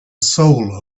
soul